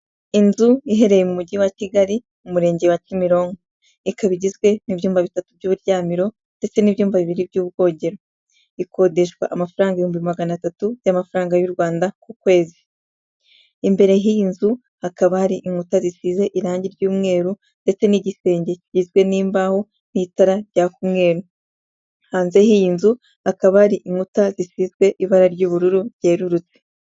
Inzu iherereye mujyi wa kigali umurenge wa Kimironko ikaba igizwe n'ibyumba bitatu by'uburyamiro ndetse n'ibyumba bibiri by'ubwogero ikodeshwa amafaranga ibihumbi magana atatu by'amafaranga y'u Rwanda ku kwezi imbere y'i nzu hakaba hari inkuta zisize irangi ry'umweru ndetse n'igisenge kigizwe n'imbaho n'itara ryaka mweru hanze y'iyi nzukaba ari inkuta zigizwe ibara ry'ubururu ryerururutse.